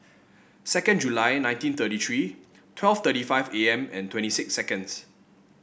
second July nineteen thirty three twelve thirty five A M and twenty six seconds